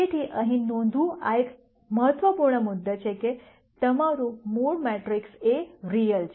તેથી અહીં નોંધવું આ એક મહત્વપૂર્ણ મુદ્દો છે કે તમારું મૂળ મેટ્રિક્સ A રીયલ છે